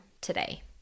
today